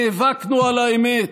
נאבקנו על האמת,